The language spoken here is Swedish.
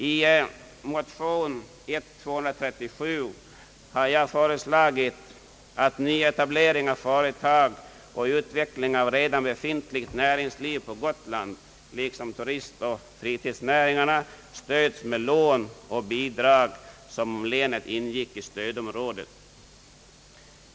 I motion I: 237 har jag föreslagit att nyetablering av företag och utveckling av redan befintligt näringsliv på Gotland — liksom turistoch fritidsnäringarna — stöds med lån och bidrag som om länet ingick i stödområdet.